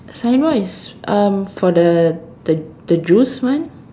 signboard is um for the the the juice one